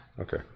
Okay